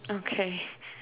okay